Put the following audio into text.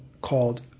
called